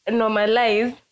normalize